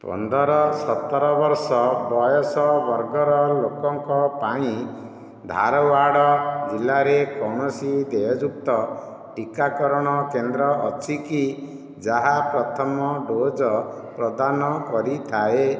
ପନ୍ଦର ସତର ବର୍ଷ ବୟସ ବର୍ଗର ଲୋକଙ୍କ ପାଇଁ ଧାରୱାଡ଼ ଜିଲ୍ଲାରେ କୌଣସି ଦେୟଯୁକ୍ତ ଟିକାକରଣ କେନ୍ଦ୍ର ଅଛି କି ଯାହା ପ୍ରଥମ ଡ଼ୋଜ୍ ପ୍ରଦାନ କରିଥାଏ